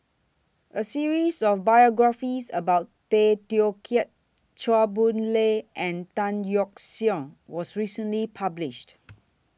A series of biographies about Tay Teow Kiat Chua Boon Lay and Tan Yeok Seong was recently published